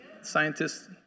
Scientists